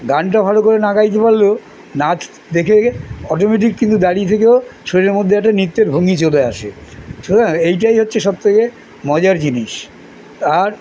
গানটা ভালো করে না গাইতে পারলেও নাচ দেখে দেখে অটোমেটিক কিন্তু দাঁড়িয়ে থেকেও শরীরের মধ্যে একটা নৃত্যের ভঙ্গি চলে আসে তো না এইটাই হচ্ছে সবথেকে মজার জিনিস আর